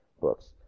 books